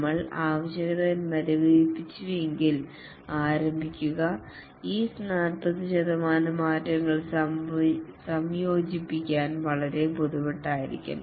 നമ്മൾ ആവശ്യകതകൾ മരവിപ്പിച്ചിരുന്നുവെങ്കിൽ ആരംഭിക്കുക ഈ 40 ശതമാനം മാറ്റങ്ങൾ സംയോജിപ്പിക്കാൻ വളരെ ബുദ്ധിമുട്ടായിരിക്കും